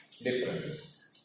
Difference